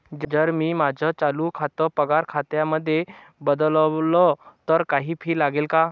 जर मी माझं चालू खातं पगार खात्यामध्ये बदलवल, तर काही फी लागेल का?